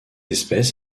espèce